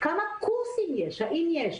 כמה קורסים יש והאם יש,